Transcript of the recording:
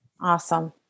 Awesome